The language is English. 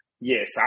yes